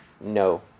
no